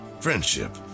friendship